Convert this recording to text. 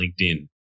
LinkedIn